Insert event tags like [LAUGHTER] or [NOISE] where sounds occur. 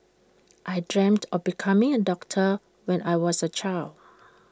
I dreamt of becoming A doctor when I was A child [NOISE]